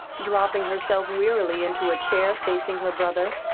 dropping herself wearily into a chair facing her brother.